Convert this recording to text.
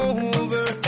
over